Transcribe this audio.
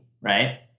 right